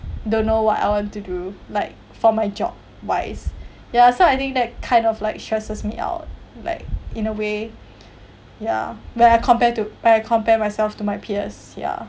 don't know what I want to do like for my job wise ya so I think that kind of like stresses me out like in a way ya where I compared to where I compare myself to my peers ya